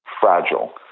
fragile